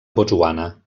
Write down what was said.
botswana